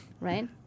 right